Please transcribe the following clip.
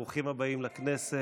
ברוכים הבאים לכנסת.